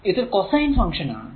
ഇതൊരു cosine function ആണ്